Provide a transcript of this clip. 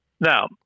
Now